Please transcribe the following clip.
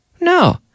No